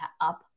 up